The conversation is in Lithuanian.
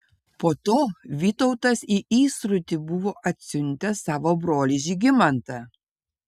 po to vytautas į įsrutį buvo atsiuntęs savo brolį žygimantą